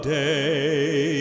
day